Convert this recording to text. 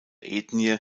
ethnie